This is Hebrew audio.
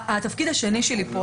התפקיד השני שלי פה,